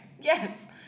Yes